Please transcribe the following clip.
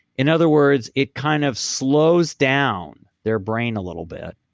in other words, it kind of slows down their brain a little bit